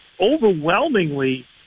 overwhelmingly